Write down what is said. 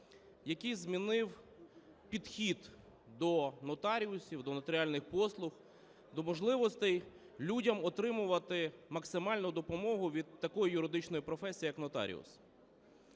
який змінив підхід до нотаріусів, до нотаріальних послуг, до можливостей людям отримувати максимальну допомогу від такої юридичної професії, як нотаріус.